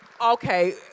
Okay